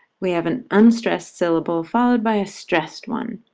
we have an unstressed syllable followed by a stressed one.